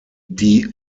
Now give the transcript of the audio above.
die